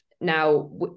now